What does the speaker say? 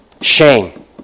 Shame